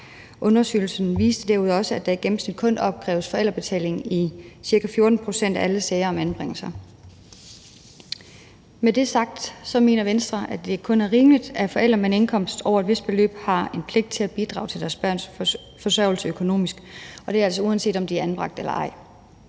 Undersøgelsen viste derudover også, at der i gennemsnit kun opkræves forældrebetaling i ca. 14 pct. af alle sager om anbringelse. Med det sagt mener Venstre, at det kun er rimeligt, at forældre med en indkomst over et vist beløb har en pligt til at bidrage til deres børns forsørgelse økonomisk. Og det er altså, uanset om de er anbragt eller ej.